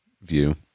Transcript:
view